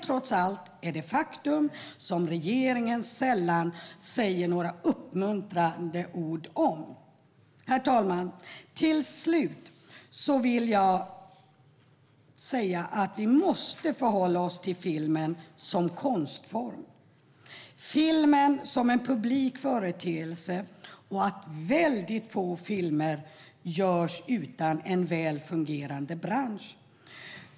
Trots allt är detta ett faktum som regeringen sällan säger några uppmuntrande ord om. Herr talman! Vi måste förhålla oss till filmen som konstform och filmen som publik företeelse. Väldigt få filmer görs utan en väl fungerande bransch.